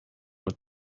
with